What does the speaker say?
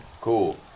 Cool